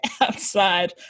outside